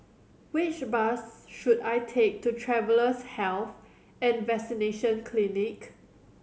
which bus should I take to Travellers' Health and Vaccination Clinic